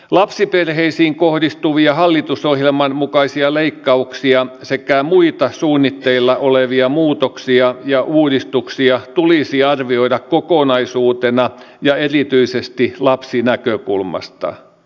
lapsiperheisiin kohdistuvia hallitusohjelman mukaisia leikkauksia sekä muita suunnitteilla olevia muutoksia ja uudistuksia tulisi arvioida kokonaisuutena ja erityisesti lapsinäkökulmasta